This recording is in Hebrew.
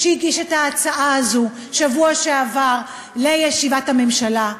שהגיש את ההצעה הזו בשבוע שעבר לישיבת הממשלה,